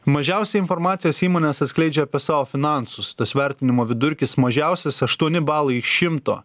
mažiausiai informacijos įmonės atskleidžia apie savo finansus tas vertinimo vidurkis mažiausias aštuoni balai iš šimto